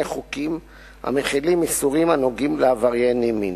חוקים המחילים איסורים הנוגעים לעברייני מין.